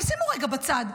אבל שימו רגע בצד.